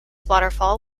waterfall